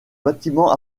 bâtiment